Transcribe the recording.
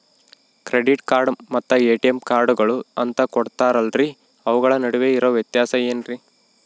Credit card ಮತ್ತ ATM ಕಾರ್ಡುಗಳು ಅಂತಾ ಕೊಡುತ್ತಾರಲ್ರಿ ಅವುಗಳ ನಡುವೆ ಇರೋ ವ್ಯತ್ಯಾಸ ಏನ್ರಿ?